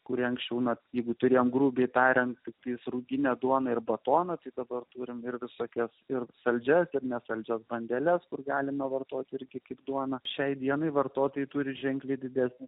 kurie anksčiau na jeigu turėjome grubiai tariant stasys ruginę duoną ir batoną tai dabar turime ir visokias ir saldžias ir nesaldžias bandeles kur galima vartoti irgi kaip duoną šiai dienai vartotojai turi ženkliai didesnį